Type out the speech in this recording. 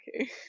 okay